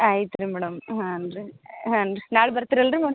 ಆಯ್ತು ರೀ ಮೇಡಮ್ ಹಾನ್ ರೀ ಹಾನ್ ರೀ ನಾಳೆ ಬರ್ತೀರಲ್ರೀ